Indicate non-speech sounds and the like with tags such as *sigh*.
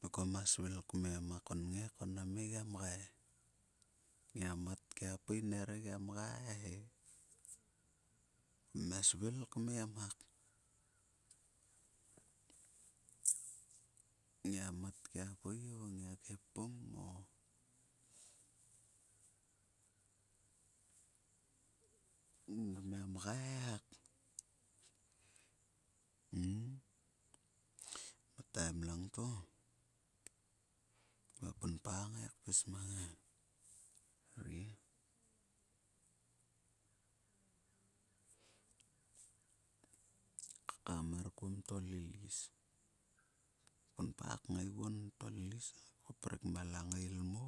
Dok kuma svil kmem a konnge ko mam ngai gia mgai. Ngiak mat kia pui ner ngai mgai he. Kumia svil kmem hak. Ngia mat pni o pngia khipum o nami mgai hak. *hesitation* ma taim langto ko ounpa kngai kpis amng e rie. *hesitation* e kaka mark kuom tolilis. Kua punpa kngai guom tolilis. Prik ma langail mo